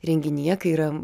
renginyje kai yra